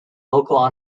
local